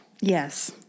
Yes